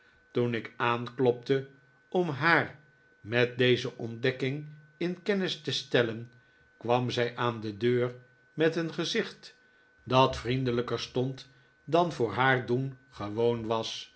toen ik aanklopte om haar met deze ontdekking in kennis te stellen kwam zij aan de deur met een gezicht dat vriendelijker stond dan voor haar doen